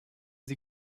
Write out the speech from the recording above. sie